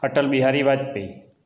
Atal Bihari Bajpai